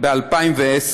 ב-2010